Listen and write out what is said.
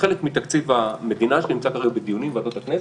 כחלק מתקציב המדינה שנמצא כרגע בדיונים בוועדות הכנסת,